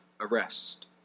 arrest